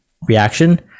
reaction